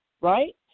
right